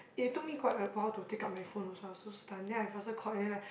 it took me quite a while to take up my phone also I was so stunned then I faster call then like